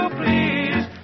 please